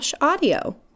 audio